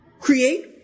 create